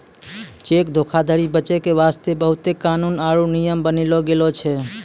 cheque धोखाधरी बचै के बास्ते बहुते कानून आरु नियम बनैलो गेलो छै